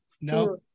No